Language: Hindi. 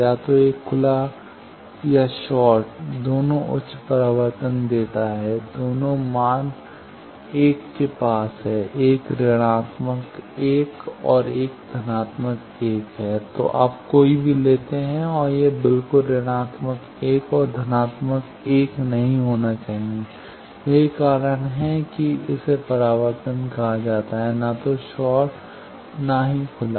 या तो एक खुला या शॉर्ट दोनों उच्च परावर्तन देता है दोनों मान 1 के पास हैं 1 ऋणात्मक 1 और एक धनात्मक 1 है तो आप कोई भी लेते हैं और यह बिल्कुल ऋणात्मक 1 और धनात्मक 1 नहीं होना चाहिए यही कारण है कि इसे परावर्तन कहा जाता है न तो शॉर्ट और न ही खुला